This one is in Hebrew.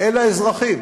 אל האזרחים,